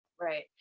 Right